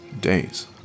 Days